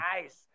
Nice